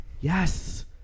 Yes